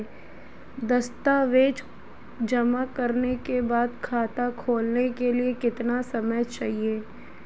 दस्तावेज़ जमा करने के बाद खाता खोलने के लिए कितना समय चाहिए?